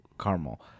caramel